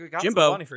Jimbo